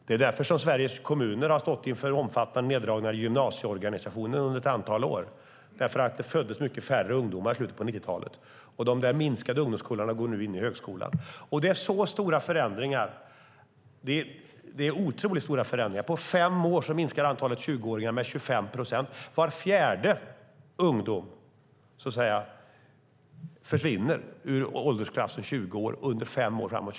Det är därför som Sveriges kommuner har stått inför omfattande neddragningar i gymnasieorganisationen under ett antal år. Det föddes nämligen mycket färre barn i slutet av 90-talet. De där minskade ungdomskullarna går nu in i högskolan. Det är stora förändringar. Det är otroligt stora förändringar. På fem år minskar antalet 20-åringar med 25 procent. Var fjärde ungdom försvinner ur åldersklassen 20 år under fem år framåt.